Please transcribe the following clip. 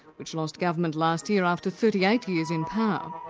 which lost government last year after thirty eight years in power.